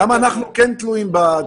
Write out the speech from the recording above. למה אנחנו כן תלויים בתחלואה?